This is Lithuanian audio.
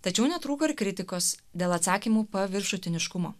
tačiau netrūko ir kritikos dėl atsakymų paviršutiniškumo